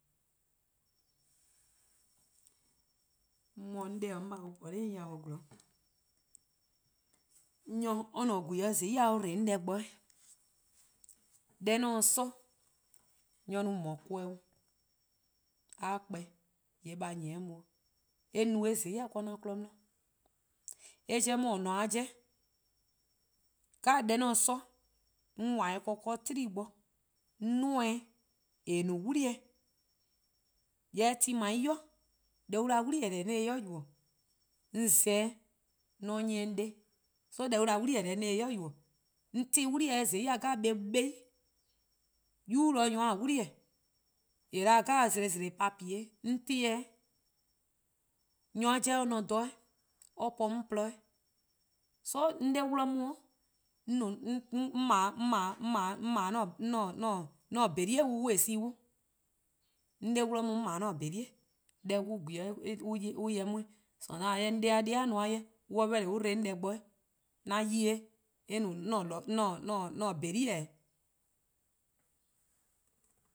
'Mor 'on 'de-: 'on :baa-: on po-a 'on 'nor yao' 'zorn, nyor :ne :gwiele' :zai' or dbo 'on deh bo 'weh. Deh 'on se-a 'sor 'de nyor no :mor koan-eh 'o :mor a 'kpa :yee' a 'nyi-eh on 'o, eh no-eh :zai' 'de 'an 'kmo 'di. Eh 'jeh "mor-: :or 'dhe-a dih-a 'jeh dhih 'jeh deh 'on se-a 'sor, 'on :wan-dih ken 'weh 'do 'kpa :gwie: 'i, 'on 'duo:-eh 'weh :eh no-a 'wlii-eh, :yee 'de ti :dao' 'i deh an 'da-dih-a 'wlii-eh deh 'on se 'i yubo:, 'on za-eh 'de 'de 'on 'nyi-eh 'on 'de. So deh an 'da-dih 'wli-eh deh 'on se-eh 'i yubo:. 'On tehn 'wli-eh dih 'weh :zai' eh 'beh 'i, yubu' 'de nyor+-a 'wli-eh:, :eh :daa 'jeh zlo :zlooo: pa 'de :pebeheh:. Nyor-a 'jeh or ne dha 'weh or po-dih 'an dhih :porluh 'weh. So 'on 'de 'wluh-a 'on 'on 'ble 'an :bhorlie: dee see. 'On 'de 'wluh-an 'on 'on 'ble-an-a'a: :bhorlie'. Deh-a :gwiele' an ya-eh 'on 'weh, sonetime 'on 'de-a 'de-di'-a ;jeh an dbo 'on deh bo 'weh 'an 'ye-eh eh 'an :borlie' 'o. no.